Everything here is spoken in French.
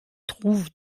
trouve